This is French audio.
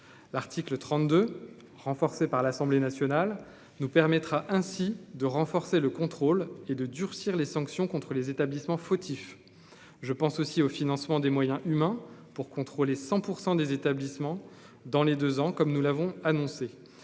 l'article 32 renforcée par l'Assemblée Nationale nous permettra ainsi de renforcer le contrôle et de durcir les sanctions contre les établissements fautifs, je pense aussi au financement des moyens humains pour contrôler 100 % des établissements dans les deux ans comme nous l'avons annoncé